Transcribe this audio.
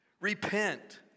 Repent